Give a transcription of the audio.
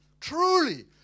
truly